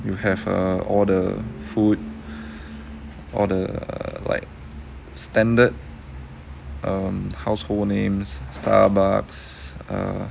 you have err all the food all the like standard um household names Starbucks err